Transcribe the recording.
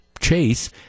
chase